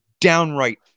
downright